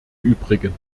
übrigen